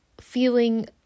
feeling